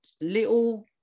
little